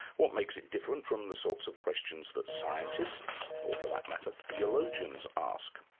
what makes it different from the sorts of questions that scientists, or for that matter, theologians ask.